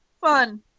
Fun